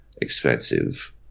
expensive